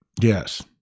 yes